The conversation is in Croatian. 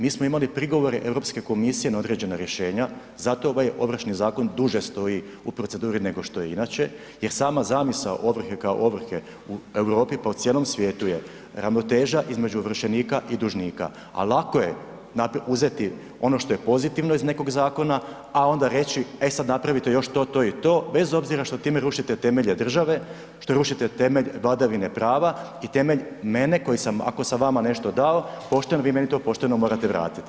Mi smo imali prigovore EU komisije na određena rješenja, zato ovaj Ovrši zakon duže stoji u proceduri nego što je inače jer sama zamisao ovrhe kao ovrhe u Europi, po cijelom svijetu je ravnoteža između ovršenika i dužnika, a lako je uzeti ono što je pozitivno iz nekog zakona, a onda reći e sad napravite još to, to i to, bez obzira što time rušite temelje države, što rušite temelj vladavine prava i temelj mene koji sam, ako sam vama nešto dao pošteno, vi meni to pošteno morate vratiti.